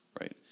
right